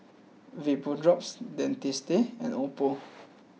VapoDrops Dentiste and Oppo